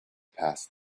passed